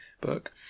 book